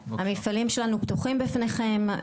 המפעלים שלנו פתוחים בפניכם,